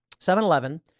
7-Eleven